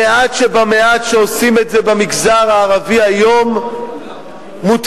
המעט שבמעט שעושים את זה במגזר הערבי היום מותקפים,